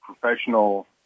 professional